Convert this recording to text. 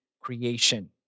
creation